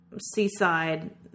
seaside